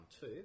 two